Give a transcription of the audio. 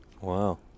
Wow